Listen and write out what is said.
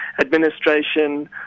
administration